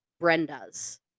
Brenda's